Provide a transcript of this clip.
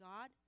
God